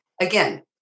again